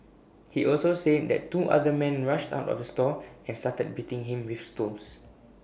he also said that two other man rushed out of the store and started beating him with stools